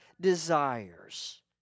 desires